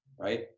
right